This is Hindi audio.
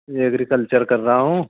एग्रीकल्चर कर रहा हूँ